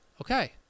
okay